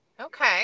Okay